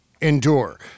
endure